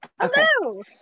Hello